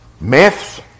myths